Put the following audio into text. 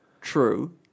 true